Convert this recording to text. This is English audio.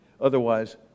Otherwise